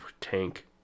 tank